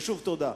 ושוב, תודה.